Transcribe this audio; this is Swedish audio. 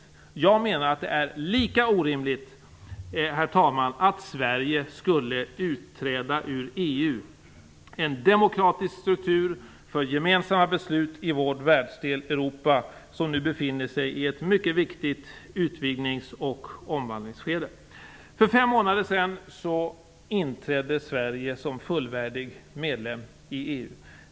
Jag menar att det vore lika orimligt, herr talman, att Sverige skulle utträda ur EU - en demokratisk struktur för gemensamma beslut i vår världsdel Europa, som nu befinner sig i ett mycket viktigt utvidgnings och omvandlingsskede. För fem månader sedan inträdde Sverige som fullvärdig medlem i EU.